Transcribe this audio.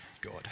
God